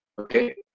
Okay